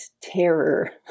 terror